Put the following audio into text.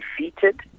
defeated